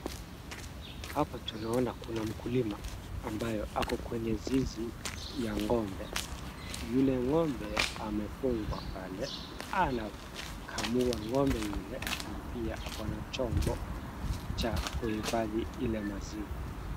Hapa tunaona kuna mkulima ambayo ako kwenye zizi ya ng'ombe, yule ng'ombe amefungwa pale, anakamua ng'ombe yule na pia ako na chombo cha kuhifadhi ile maziwa.